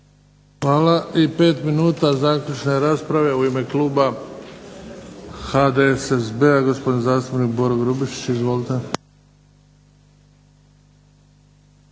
Hvala. I pet minuta zaključne rasprave u ime kluba HDSSB-a, gospodin zastupnik Boro Grubišić. Izvolite.